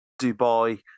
Dubai